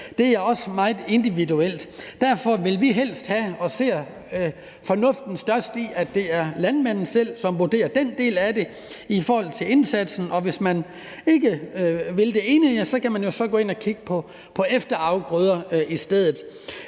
Det er også meget individuelt. Derfor vil vi helst have og ser den største fornuft i, at det er landmanden selv, som vurderer den del af det, i forhold til indsatsen, og hvis man ikke vil bruge et bestemt virkemiddel, kan man jo så gå ind og kigge på, om man skal så efterafgrøder i stedet.